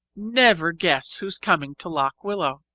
never guess who's coming to lock willow.